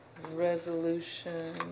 Resolution